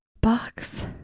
Box